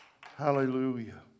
Hallelujah